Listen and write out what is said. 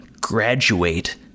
graduate